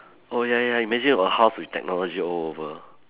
oh ya ya imagine a house with technology all over